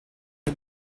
der